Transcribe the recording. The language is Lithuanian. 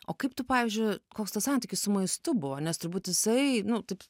o kaip tu pavyzdžiui koks tas santykis su maistu buvo nes turbūt jisai nu taip